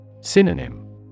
Synonym